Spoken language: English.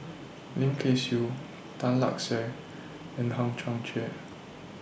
Lim Kay Siu Tan Lark Sye and Hang Chang Chieh